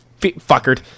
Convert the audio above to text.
fuckered